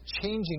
changing